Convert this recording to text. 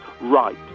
right